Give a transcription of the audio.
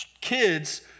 kids